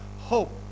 hope